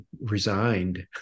resigned